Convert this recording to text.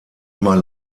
immer